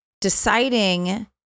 deciding